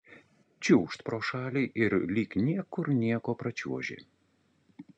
čiūžt pro šalį ir lyg niekur nieko pračiuoži